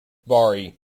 bari